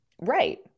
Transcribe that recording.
Right